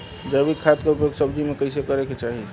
जैविक खाद क उपयोग सब्जी में कैसे करे के चाही?